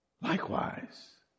likewise